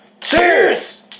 Cheers